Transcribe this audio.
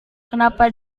kenapa